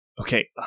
okay